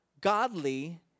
godly